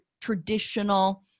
traditional